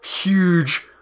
huge